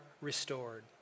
restored